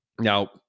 Now